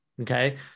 Okay